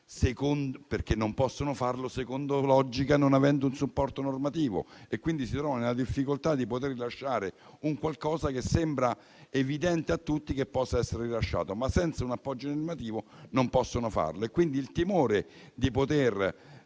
perché non possono farlo secondo logica, non avendo un supporto normativo, quindi si trovano nella difficoltà di poter rilasciare un qualcosa che sembra evidente a tutti che possa essere rilasciato. Senza però un appoggio normativo non possono farlo. C'è il timore di andare